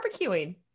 barbecuing